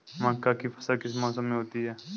मक्का की फसल किस मौसम में होती है?